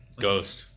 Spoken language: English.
Ghost